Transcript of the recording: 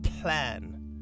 plan